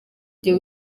gihe